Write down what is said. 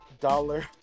dollar